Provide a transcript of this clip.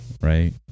Right